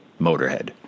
motorhead